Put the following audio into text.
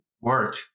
work